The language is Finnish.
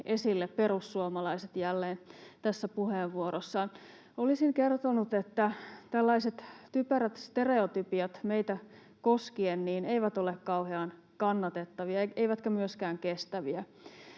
perussuomalaiset jälleen esille puheenvuorossaan. Olisin kertonut, että tällaiset typerät stereotypiat meitä koskien eivät ole kauhean kannatettavia eivätkä myöskään kestäviä.